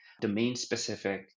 domain-specific